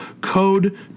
Code